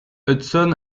hudson